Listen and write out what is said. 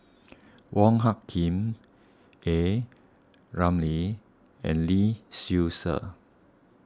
Wong Hung Khim A Ramli and Lee Seow Ser